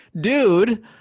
dude